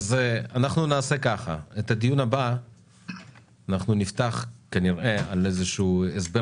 את הדיון הבא נפתח עם איזה שהוא הסבר